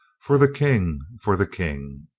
for the king! for the king!